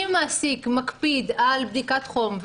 אם המעסיק מקפיד על בדיקת חום,